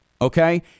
okay